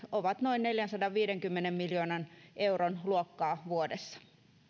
ovat noin neljänsadanviidenkymmenen miljoonan euron luokkaa vuodessa